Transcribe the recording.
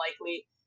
likely